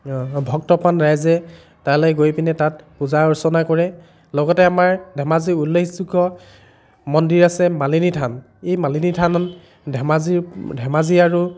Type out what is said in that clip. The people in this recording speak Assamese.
ভক্তপ্ৰাণ ৰাইজে তালৈ গৈ পিনে তাত পূজা অৰ্চনা কৰে লগতে আমাৰ ধেমাজিৰ উল্লেখযোগ্য মন্দিৰ আছে মালিনী থান এই মালিনী থান ধেমাজিৰ ধেমাজি আৰু